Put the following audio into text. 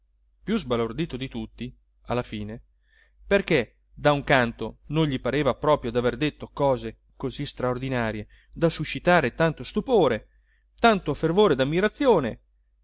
più sbalordito di tutti alla fine perché da un canto non gli pareva proprio daver detto cose così straordinarie da suscitare tanto stupore tanto fervore dammirazione